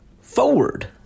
forward